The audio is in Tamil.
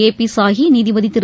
ஏபி சாஹி நீதிபதி திரு